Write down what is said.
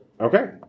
Okay